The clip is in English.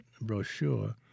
brochure